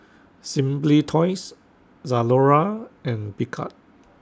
Simply Toys Zalora and Picard